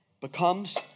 becomes